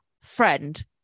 friend